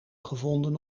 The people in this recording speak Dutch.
gevonden